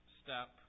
step